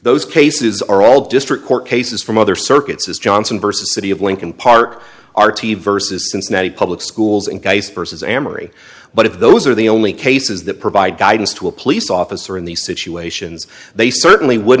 those cases are all district court cases from other circuits says johnson versus city of lincoln park r t versus cincinnati public schools and case vs amery but if those are the only cases that provide guidance to a police officer in these situations they certainly would